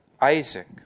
Isaac